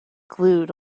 glued